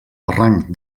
barranc